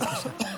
בבקשה.